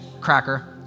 cracker